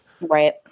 Right